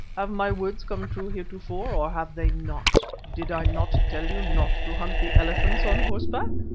have my words come true heretofore, or have they not? did i not tell you not to hunt the elephants on horseback?